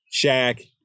Shaq